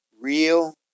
real